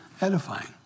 edifying